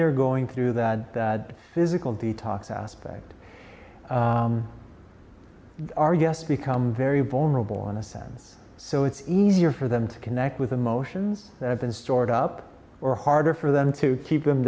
they're going through that bad physical detox aspect our guests become very vulnerable in a sense so it's easier for them to connect with emotions that have been stored up or harder for them to keep